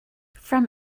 from